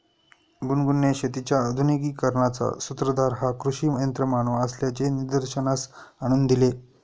गुनगुनने शेतीच्या आधुनिकीकरणाचा सूत्रधार हा कृषी यंत्रमानव असल्याचे निदर्शनास आणून दिले